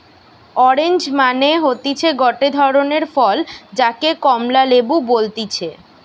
orange মানে হতিছে গটে ধরণের ফল যাকে কমলা লেবু বলতিছে